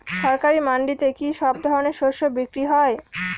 সরকারি মান্ডিতে কি সব ধরনের শস্য বিক্রি হয়?